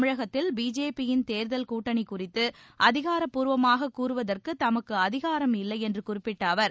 தமிழகத்தில் பிஜேபியின் தேர்தல் கூட்டணி குறித்து அதிகாரப்பூர்வமாக கூறுவதற்கு தமக்கு அதிகாரம் இல்லையென்று குறிப்பிட்ட அவர்